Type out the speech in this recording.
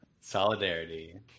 Solidarity